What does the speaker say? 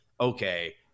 okay